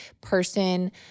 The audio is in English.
person